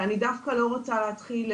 ואני דווקא לא רוצה להתחיל,